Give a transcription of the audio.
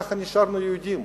וכך נשארנו יהודים.